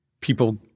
people